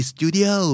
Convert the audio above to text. Studio